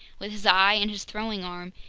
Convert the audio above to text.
with his eye and his throwing arm,